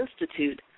Institute